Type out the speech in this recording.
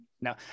No